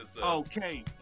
Okay